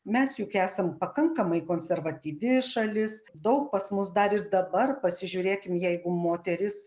mes juk esam pakankamai konservatyvi šalis daug pas mus dar ir dabar pasižiūrėkim jeigu moteris